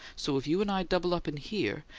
so if you and i double up in here,